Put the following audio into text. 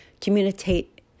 communicate